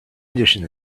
edition